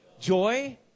joy